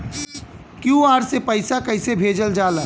QR से पैसा कैसे भेजल जाला?